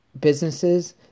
businesses